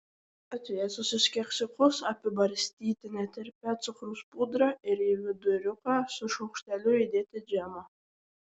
atvėsusius keksiukus apibarstyti netirpia cukraus pudra ir į viduriuką su šaukšteliu įdėti džemo